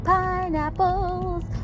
Pineapples